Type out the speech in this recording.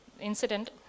incident